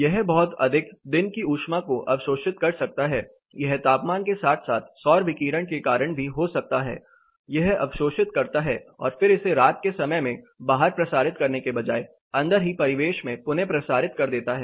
यह बहुत अधिक दिन की ऊष्मा को अवशोषित कर सकता है यह तापमान के साथ साथ सौर विकिरण के कारण भी हो सकता है यह अवशोषित करता है और फिर इसे रात के समय में बाहर प्रसारित करने के बजाए अंदर ही परिवेश में पुन प्रसारित कर देता है